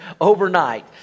overnight